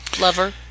Lover